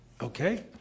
Okay